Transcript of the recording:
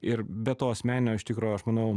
ir be to asmeninio iš tikro aš manau